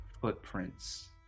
footprints